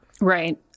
Right